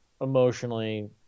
emotionally